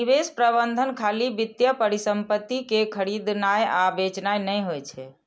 निवेश प्रबंधन खाली वित्तीय परिसंपत्ति कें खरीदनाय आ बेचनाय नहि होइ छै